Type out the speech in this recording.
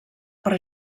per